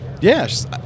Yes